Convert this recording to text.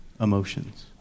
emotions